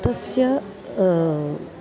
तस्य